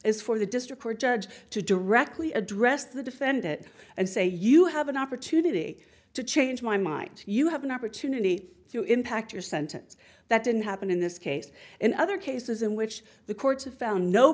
is for the district court judge to directly address the defendant and say you have an opportunity to change my mind you have an opportunity to impact your sentence that didn't happen in this case in other cases in which the courts have found no